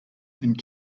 and